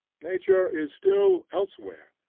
nature is still elsewhere.